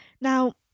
Now